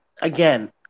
again